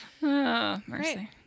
Mercy